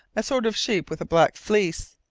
a sort of sheep with a black fleece,